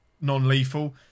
non-lethal